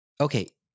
okay